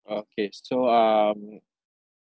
orh K so um